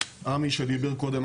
עמרם נידם שדיבר פה קודם,